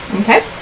Okay